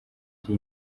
iri